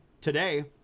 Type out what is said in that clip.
Today